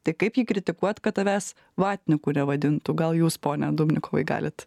tai kaip jį kritikuot kad tavęs vatniku nevadintų gal jūs pone dubnikovai galit